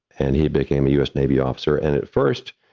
and he became a us navy officer. and at first,